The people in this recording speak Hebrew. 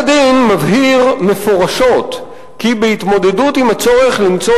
פסק-הדין מבהיר מפורשות כי בהתמודדות עם הצורך למצוא